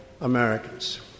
Americans